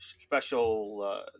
special